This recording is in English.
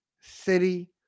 City